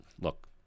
look